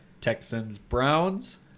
Texans-Browns